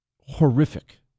horrific